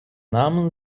nahmen